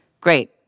great